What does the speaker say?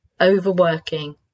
overworking